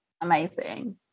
amazing